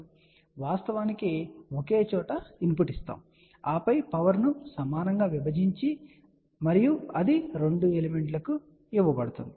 కాబట్టి మనము వాస్తవానికి ఒకే చోట ఇన్పుట్ ఇస్తాము ఆపై పవర్ ను సమానంగా విభజించి మరియు అది 2 ఎలిమెంట్ లకు కు ఇవ్వబడుతుంది